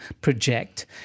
project